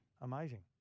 Amazing